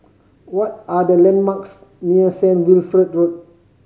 what are the landmarks near Saint Wilfred Road